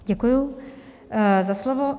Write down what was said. Děkuji za slovo.